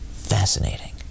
Fascinating